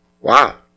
Wow